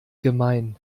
gemein